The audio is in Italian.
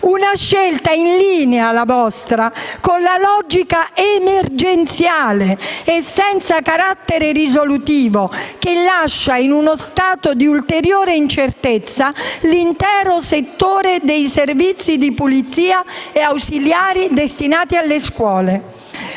una scelta, la vostra, in linea con la logica emergenziale e senza carattere risolutivo, che lascia in uno stato di ulteriore incertezza l'intero settore dei servizi di pulizia e ausiliari destinati alle scuole.